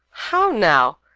how now!